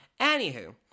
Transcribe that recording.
anywho